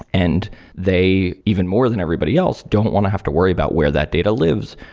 and they even more than everybody else, don't want to have to worry about where that data lives,